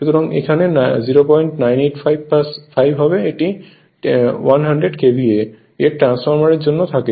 সুতরাং এখানে 0985 এটি 100 KVA এর ট্রান্সফরমার এর জন্য থাকে